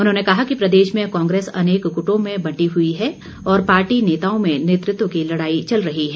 उन्होंने कहा कि प्रदेश में कांग्रेस अनेक गुटों में बंटी हुई है और पार्टी नेताओं में नेतृत्व की लड़ाई चल रही है